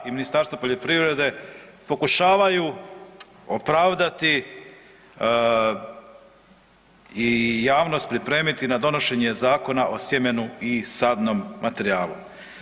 Ministarstvo poljoprivrede pokušavaju opravdati i javnost pripremiti na donošenje Zakona o sjemenu i sadnom materijalu.